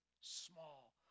small